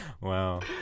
Wow